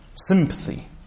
sympathy